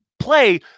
play